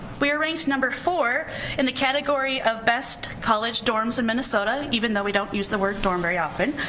we are ranked number four in the category of best college dorms in minnesota, even though we don't use the word dorm very often.